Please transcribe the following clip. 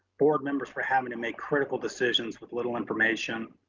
board members for having to make critical decisions with little information,